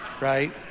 right